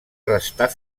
restar